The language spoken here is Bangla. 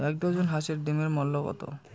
এক ডজন হাঁসের ডিমের মূল্য কত?